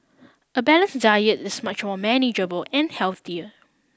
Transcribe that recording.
a balance diet is much more manageable and healthier